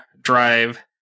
drive